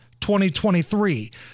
2023